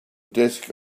desk